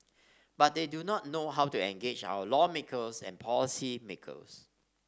but they do not know how to engage our lawmakers and policymakers